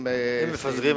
אם מפזרים,